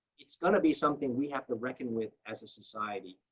it's going to be something we have to reckon with as a society.